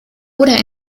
oder